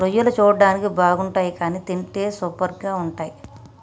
రొయ్యలు చూడడానికి బాగుండవ్ కానీ తింటే సూపర్గా ఉంటయ్